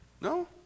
No